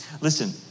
Listen